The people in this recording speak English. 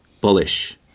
Bullish